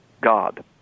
God